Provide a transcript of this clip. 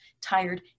tired